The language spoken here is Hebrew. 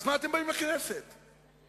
אז תוותרו על הכסף לישיבות.